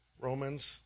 Romans